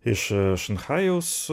iš šanchajaus